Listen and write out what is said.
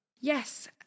Yes